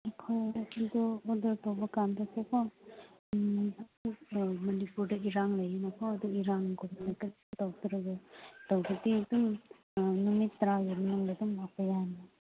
ꯑꯩꯈꯣꯏ ꯑꯗꯨ ꯑꯣꯗꯔ ꯇꯧꯕ ꯀꯥꯟꯗꯁꯦꯀꯣ ꯃꯅꯤꯄꯨꯔꯗ ꯏꯔꯥꯡ ꯂꯩꯌꯦꯅꯀꯣ ꯑꯗꯨ ꯏꯔꯥꯡꯒꯨꯝꯕꯗ ꯀꯔꯤꯁꯨ ꯇꯧꯗ꯭ꯔꯒ ꯇꯧꯗ꯭ꯔꯗꯤ ꯑꯗꯨꯝ ꯅꯨꯃꯤꯠ ꯇꯔꯥꯒꯤ ꯃꯃꯥꯡꯗ ꯑꯗꯨꯝ ꯂꯥꯛꯄ ꯌꯥꯅꯤ